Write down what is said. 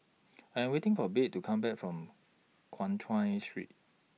I Am waiting For Babe to Come Back from Guan Chuan Street